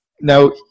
Now